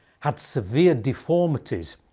had severe deformities,